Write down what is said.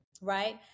right